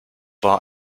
war